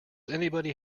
anybody